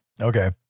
Okay